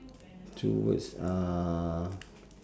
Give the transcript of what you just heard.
two words uh